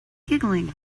giggling